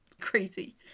Crazy